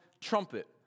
trumpet